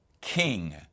king